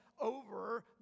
over